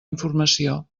informació